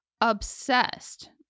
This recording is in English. obsessed